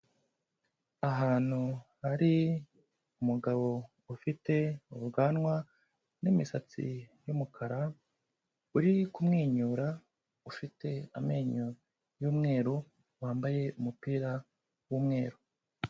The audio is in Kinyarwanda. Ahantu hari umugabo ufite ubwanwa n'imisatsi y'umukara, uri kumwenyura, ufite amenyo y'umweru, wambaye umupira w'umweru.